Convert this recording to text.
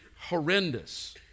horrendous